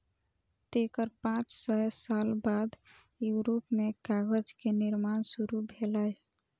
तेकर पांच सय साल बाद यूरोप मे कागज के निर्माण शुरू भेलै